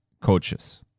coaches